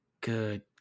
Good